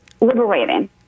liberating